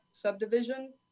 subdivision